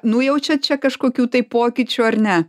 nujaučiat čia kažkokių tai pokyčių ar ne